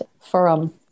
forum